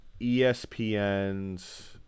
ESPN's